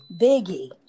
biggie